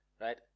Right